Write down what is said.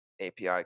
API